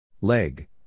Leg